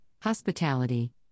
hospitality